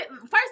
first